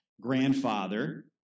grandfather